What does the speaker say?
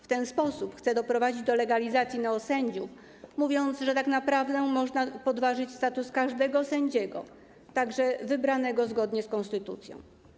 W ten sposób chce doprowadzić do legalizacji neosędziów, mówiąc, że tak naprawdę można podważyć status każdego sędziego, również wybranego zgodnie z konstytucją.